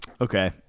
okay